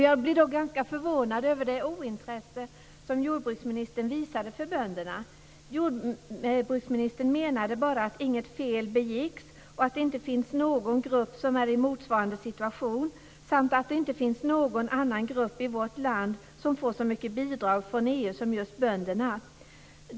Jag blev ganska förvånad över det ointresse jordbruksministern visade för bönderna. Jordbruksministern menade att inget fel begicks och att det inte finns någon grupp som är i motsvarande situation samt att det inte finns någon annan grupp i vårt land som får så mycket bidrag från EU som just bönderna.